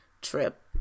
trip